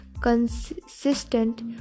consistent